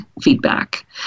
feedback